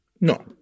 No